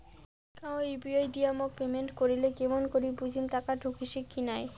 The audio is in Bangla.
কাহো ইউ.পি.আই দিয়া মোক পেমেন্ট করিলে কেমন করি বুঝিম টাকা ঢুকিসে কি নাই?